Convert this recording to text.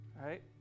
right